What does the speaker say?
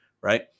right